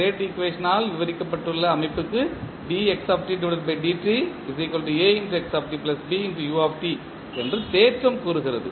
state ஈக்குவேஷனால் விவரிக்கப்பட்டுள்ள அமைப்புக்கு என்று தேற்றம் கூறுகிறது